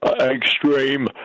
extreme